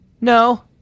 No